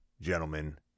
gentlemen